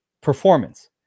performance